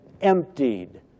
emptied